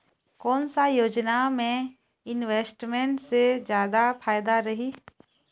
कोन सा योजना मे इन्वेस्टमेंट से जादा फायदा रही?